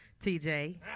tj